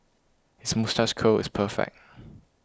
his moustache curl is perfect